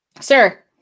Sir